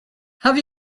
have